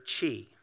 chi